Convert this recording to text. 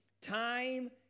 Time